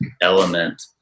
element